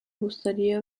gustaría